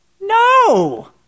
No